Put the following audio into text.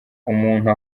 umuntu